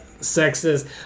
sexist